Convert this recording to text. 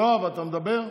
יואב, אתה מדבר?